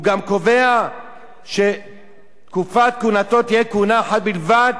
הוא גם קובע שתקופת כהונתו תהיה כהונה אחת בלבד,